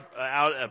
out